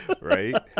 Right